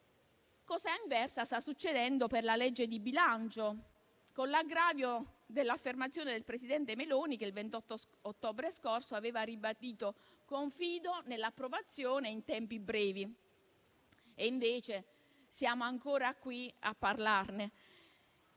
Cosa inversa sta succedendo per la legge di bilancio, con l'aggravio dell'affermazione del presidente Meloni, che il 28 ottobre scorso aveva ribadito di confidare nell'approvazione in tempi brevi. Invece, siamo ancora qui a parlarne.